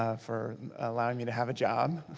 ah for allowing me to have a job.